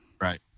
right